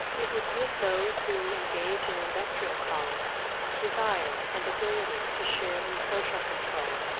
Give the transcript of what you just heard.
it would give those who engage in industrial callings desire and ability to share in social control,